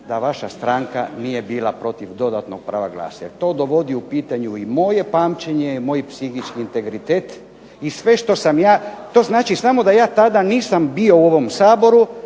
da vaša stranka nije bila protiv dodatnog prava glasa, jer to dovodi u pitanje i moje pamćenje i moj psihički integritet, i sve što sam ja, to znači samo da ja tada nisam bio u ovom Saboru